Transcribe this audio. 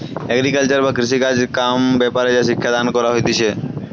agriculture বা কৃষিকাজ কাম ব্যাপারে যে শিক্ষা দান কইরা হতিছে